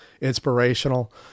inspirational